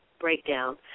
breakdown